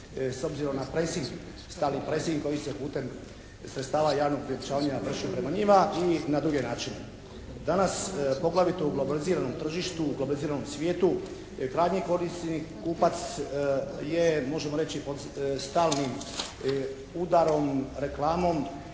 s obzirom na presing, stalni presing koji se putem sredstava javnog priopćavanja vrši prema njima i na druge načine. Danas poglavito u globaliziranom tržištu, globaliziranom svijetu krajnji korisnik kupac je možemo reći pod stalnim udarom, reklamom